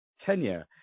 tenure